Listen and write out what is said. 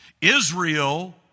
Israel